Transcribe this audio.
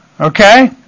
Okay